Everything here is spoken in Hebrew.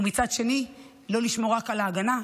ומצד שני לא לשמור רק על ההגנה,